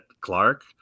Clark